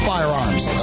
Firearms